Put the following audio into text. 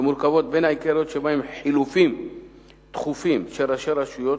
שבין העיקריות שבהן חילופים תכופים של ראשי רשויות,